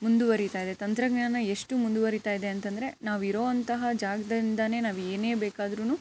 ಮುಂದುವರಿತಾಯಿದೆ ತಂತ್ರಜ್ಞಾನ ಎಷ್ಟು ಮುಂದುವರಿತಾಯಿದೆ ಅಂತಂದರೆ ನಾವು ಇರೋಂತಹ ಜಾಗದಿಂದನೇ ನಾವು ಏನೇ ಬೇಕಾದ್ರು